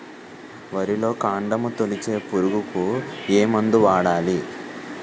వరిలో కాండము తొలిచే పురుగుకు ఏ మందు వాడాలి?